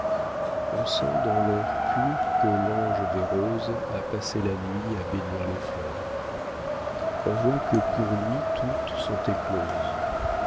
on sent dans l'air pur que l'ange des roses a passé la nuit à bénir les fleurs on voit que pour lui toutes sont écloses